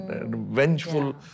vengeful